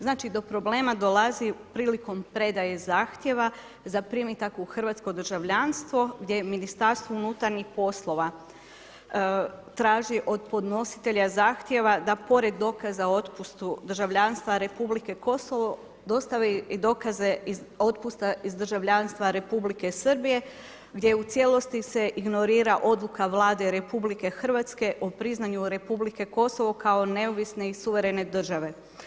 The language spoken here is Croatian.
Znači do problema dolazi prilikom predaje zahtjeva za primitak u hrvatsko državljanstvo gdje Ministarstvo unutarnjih poslova traži od podnositelja zahtjeva da pored dokaza o otpustu državljanstva RH dostave i dokaze iz otpusta iz državljanstva Republike Srbije gdje u cijelosti se ignorira odluka Vlade RH o priznanju Republike Kosovo kao neovisne i suverene države.